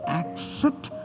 accept